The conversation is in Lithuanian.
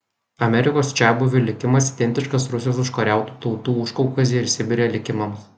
amerikos čiabuvių likimas identiškas rusijos užkariautų tautų užkaukazėj ir sibire likimams